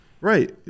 Right